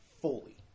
Fully